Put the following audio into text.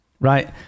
Right